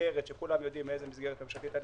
במסגרת ממשלתית שכולם יודעים איזו מסגרת זאת,